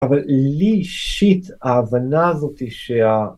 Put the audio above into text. אבל לי אישית ההבנה הזאת שה...